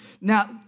Now